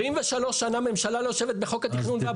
73 שנים ממשלה לא יושבת בחוק התכנון והבנייה.